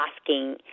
asking